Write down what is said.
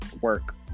work